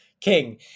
King